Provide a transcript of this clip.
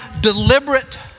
deliberate